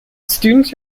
students